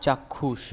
চাক্ষুষ